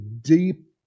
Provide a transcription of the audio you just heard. deep